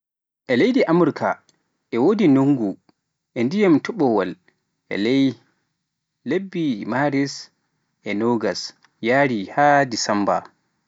E leydi Amurka e wodi ndungu e dyiman topol e nder lebbe Maris e nogas yaari haa Desemba